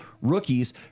rookies